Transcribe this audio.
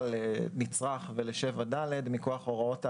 לנצרך ולסעיף 7ד מכוח הוראות האגף,